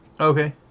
Okay